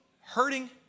hurting